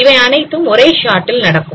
இவை அனைத்தும் ஒரே ஷாட்டில் நடக்கும்